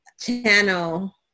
channel